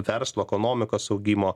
verslo ekonomikos augimo